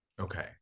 okay